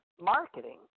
marketing